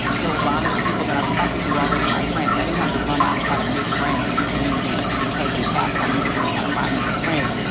so a lot of the people that i was talking to were already my friends. i didn't have to run out and try to make friends in this community because this happened, i need to go and try to find me some friends.